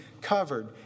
covered